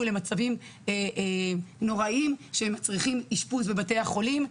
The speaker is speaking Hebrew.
למצבים נוראיים שמצריכים אשפוז בבתי החולים,